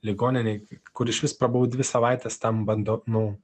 ligoninėj kur išvis prabuvau dvi savaites tam bando nu